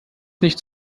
nichts